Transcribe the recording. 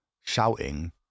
shouting